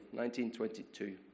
1922